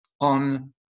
on